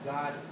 God